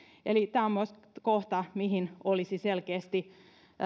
eli tämä on myös kohta mihin olisi selkeästi